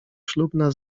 ślubna